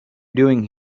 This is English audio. doing